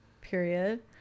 Period